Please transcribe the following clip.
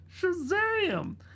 Shazam